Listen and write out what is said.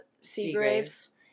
Seagraves